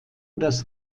das